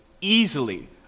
easily